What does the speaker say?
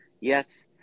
Yes